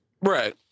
right